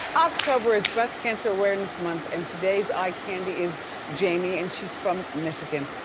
october is breast cancer awareness month and today's eye candy is jamie and she's from michigan.